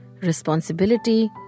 responsibility